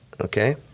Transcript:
okay